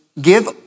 Give